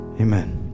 amen